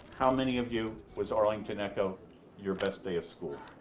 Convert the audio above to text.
how many of you was arlington echo your best day of school?